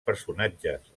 personatges